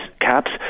caps